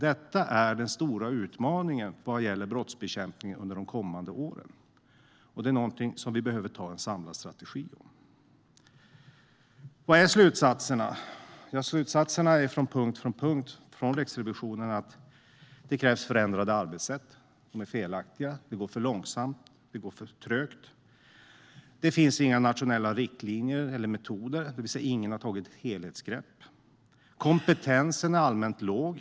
Detta är den stora utmaningen vad gäller brottsbekämpning under de kommande åren, och det är någonting som vi behöver ha en samlad strategi för. Vilka är slutsatserna? Ja, Riksrevisionen har slutsatser på flera punkter. Det krävs förändrade arbetssätt. De är felaktiga. Det går för långsamt. Det går för trögt. Det finns inga nationella riktlinjer eller metoder, det vill säga ingen har tagit ett helhetsgrepp. Kompetensen är allmänt låg.